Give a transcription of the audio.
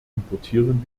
importieren